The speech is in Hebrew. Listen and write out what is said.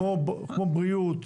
כמו בריאות,